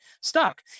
stuck